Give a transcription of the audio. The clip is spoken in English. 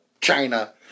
China